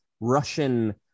Russian